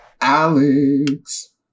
Alex